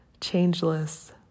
changeless